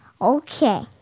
Okay